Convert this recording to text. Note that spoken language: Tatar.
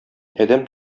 адәм